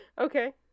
Okay